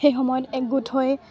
সেই সময়ত একগোট হৈ